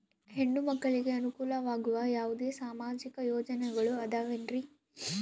ಹೆಣ್ಣು ಮಕ್ಕಳಿಗೆ ಅನುಕೂಲವಾಗುವ ಯಾವುದೇ ಸಾಮಾಜಿಕ ಯೋಜನೆಗಳು ಅದವೇನ್ರಿ?